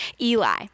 Eli